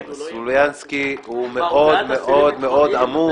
סלומינסקי מאוד מאוד עמוס.